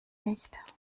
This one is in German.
nicht